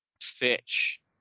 Fitch